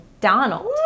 Donald